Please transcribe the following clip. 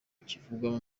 kivugwamo